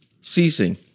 Ceasing